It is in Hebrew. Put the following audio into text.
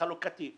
צדק חלוקתי.